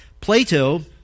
Plato